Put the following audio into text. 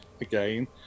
again